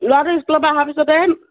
ল'ৰাটো স্কুলৰ পৰা অহা পিছতহে